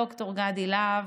ד"ר גדי להב,